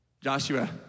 Joshua